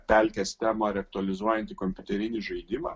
pelkes temą ar aktualizuojantį kompiuterinį žaidimą